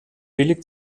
billig